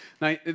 Now